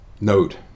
Note